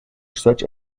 such